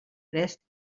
restu